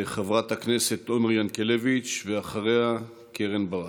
חברת הכנסת עומר ינקלביץ, ואחריה, קרן ברק.